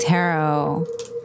Tarot